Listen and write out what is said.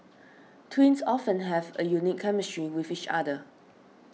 twins often have a unique chemistry with each other